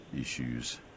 issues